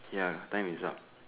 ya time is up